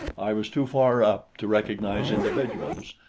i was too far up to recognize individuals,